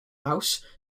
house